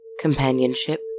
Companionship